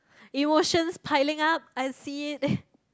emotions piling up I see it